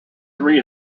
three